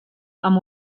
amb